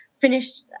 Finished